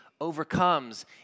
overcomes